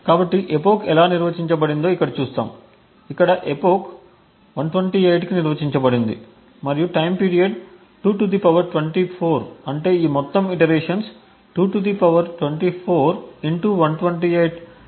కాబట్టి ఎపోక్ ఎలా నిర్వచించబడిందో ఇక్కడ చూస్తాము ఇక్కడ ఎపోక్ 128 కి నిర్వచించబడింది మరియు టైమ్ పీరియడ్ 2 24 అంటే ఈ మొత్తం ఇటరేషన్స్ 2 24 128 సార్లు నడుస్తాయి